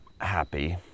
happy